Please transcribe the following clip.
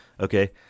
Okay